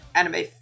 Anime